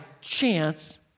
chance